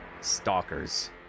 Stalkers